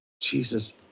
Jesus